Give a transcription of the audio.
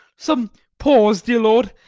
some pause, dear lord,